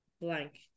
Blank